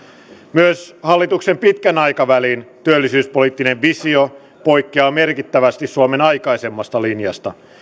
myös hallituksen pitkän aikavälin työllisyyspoliittinen visio poikkeaa merkittävästi suomen aikaisemmasta linjasta